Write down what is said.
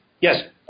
yes